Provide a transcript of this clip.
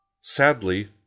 Sadly